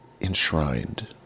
enshrined